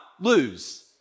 lose